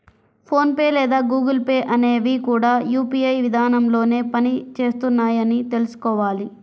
phone pay లేదా Google Pay అనేవి కూడా యూ.పీ.ఐ విధానంలోనే పని చేస్తున్నాయని తెల్సుకోవాలి